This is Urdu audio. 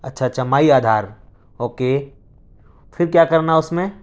اچھا اچھا مائی آدھار اوکے پھر کیا کرنا اس میں